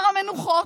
הר המנוחות,